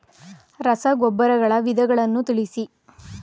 ರಸಗೊಬ್ಬರಗಳ ವಿಧಗಳನ್ನು ತಿಳಿಸಿ?